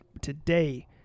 today